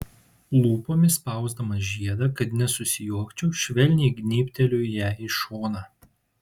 lūpomis spausdamas žiedą kad nesusijuokčiau švelniai gnybteliu jai į šoną